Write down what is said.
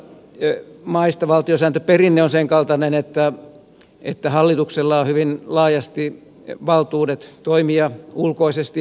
osassa maista valtiosääntöperinne on sen kaltainen että hallituksella on hyvin laajasti valtuudet toimia ulkoisesti maan puolesta